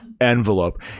envelope